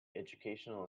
educational